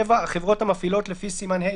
"(7) החברות המפעילות לפי סימן ה'